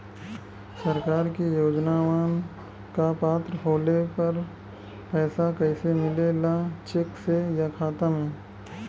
सरकार के योजनावन क पात्र होले पर पैसा कइसे मिले ला चेक से या खाता मे?